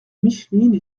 micheline